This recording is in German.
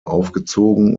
aufgezogen